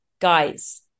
guys